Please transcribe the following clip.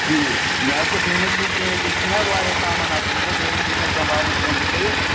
بیٚیہِ مےٚ حظ دوٚپ بیٚیہِ ما چھُے کیٚنٛہہ ییٚتہِ ییٚتہِ چھِناہ واریاہ سامان آسان مےٚ دوٚپ بیٚیہِ ما چھُ کیٚنٛہہ سنٛبھالُن ترٛوومُت تۄہہِ ییٚتہِ